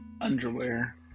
underwear